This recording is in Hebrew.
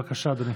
בבקשה, אדוני.